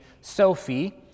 Sophie